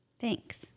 Thanks